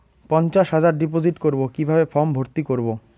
পঞ্চাশ হাজার ডিপোজিট করবো কিভাবে ফর্ম ভর্তি করবো?